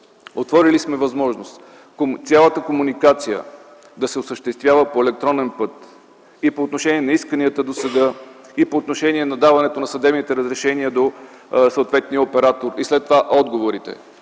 Отворили сме възможност цялата комуникация да се осъществява по електронен път – и по отношение на исканията до съда, и по отношение на даването на съдебните разрешения до съответния оператор, и след това отговорите.